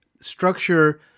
structure